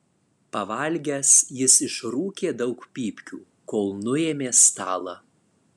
pavalgęs jis išrūkė daug pypkių kol nuėmė stalą